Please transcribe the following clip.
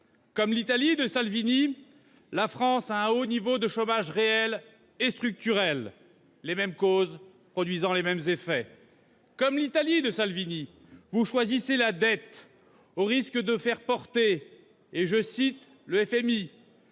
Comme l'Italie de Salvini, la France a un haut niveau de chômage réel et structurel : les mêmes causes produisent les mêmes effets. Comme l'Italie de Salvini, le Gouvernement choisit la dette, au risque de faire porter une menace